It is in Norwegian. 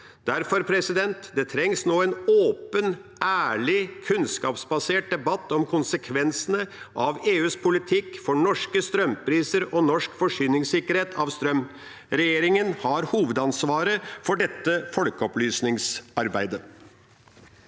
Derfor trengs det nå en åpen, ærlig og kunnskapsbasert debatt om konsekvensene av EUs politikk for norske strømpriser og norsk forsyningssikkerhet når det gjelder strøm. Regjeringen har hovedansvaret for dette folkeopplysningsarbeidet.